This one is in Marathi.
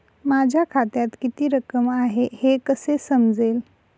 माझ्या खात्यात किती रक्कम आहे हे कसे समजेल?